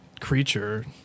creature